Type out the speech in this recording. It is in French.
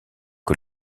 que